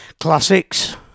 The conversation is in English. classics